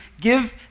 give